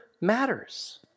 matters